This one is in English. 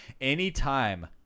anytime